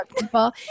people